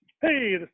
Hey